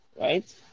right